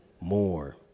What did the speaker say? more